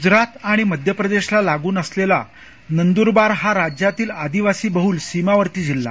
ग्जरात आणि मध्य प्रदेशला लागून असलेला नंदुखार हा राज्यातील आदिवासीबहुल सीमावर्ती जिल्हा